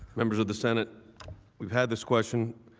members of the senate we've had this question.